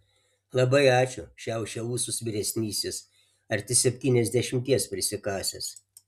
labai ačiū šiaušia ūsus vyresnysis arti septyniasdešimties prisikasęs